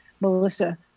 Melissa